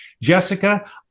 Jessica